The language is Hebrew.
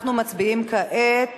אנחנו מצביעים כעת